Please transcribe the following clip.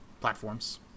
platforms